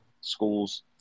schools